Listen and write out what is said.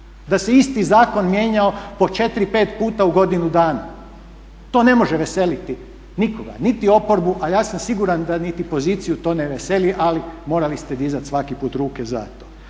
da se isti zakon mijenjao po 4, 5 puta u godinu dana, to ne može veseliti nikoga niti oporbu ali ja sam siguran da niti poziciju to ne veseli ali morali ste dizati svaki put ruke za to.